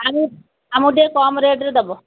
ଆମକୁ ଟିକେ କମ୍ ରେଟ୍ରେ ଦେବ